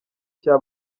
cya